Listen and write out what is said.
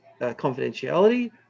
confidentiality